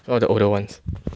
one of the older ones